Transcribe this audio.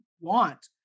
want